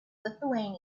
lithuanian